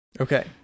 Okay